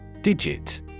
Digit